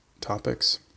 topics